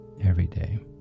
everyday